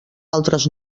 altres